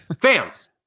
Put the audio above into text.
fans